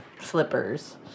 slippers